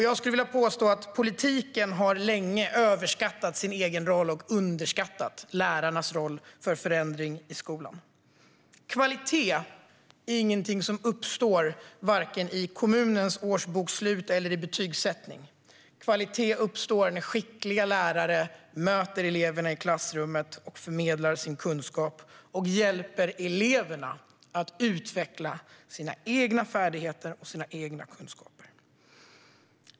Jag skulle vilja påstå att politiken länge har överskattat sin egen roll och underskattat lärarnas roll för förändring i skolan. Kvalitet är inget som uppstår vare sig i kommunens årsbokslut eller i betygsättning. Kvalitet uppstår när skickliga lärare möter eleverna i klassrummet, förmedlar sin kunskap och hjälper eleverna att utveckla sina egna färdigheter och kunskaper.